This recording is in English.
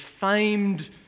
famed